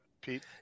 Pete